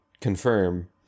confirm